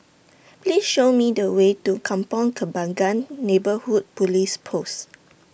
Please Show Me The Way to Kampong Kembangan Neighbourhood Police Post